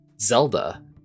zelda